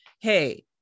hey